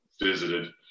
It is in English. Visited